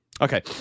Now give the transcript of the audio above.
Okay